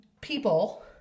people